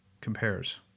compares